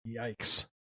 Yikes